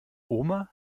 oma